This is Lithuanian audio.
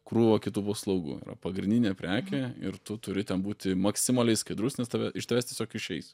krūvą kitų paslaugų yra pagrindinė prekė ir tu turi būti maksimaliai skaidrus nes tave iš tavęs tiesiog išeis